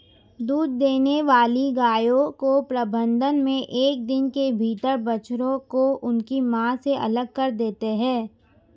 दूध देने वाली गायों के प्रबंधन मे एक दिन के भीतर बछड़ों को उनकी मां से अलग कर देते हैं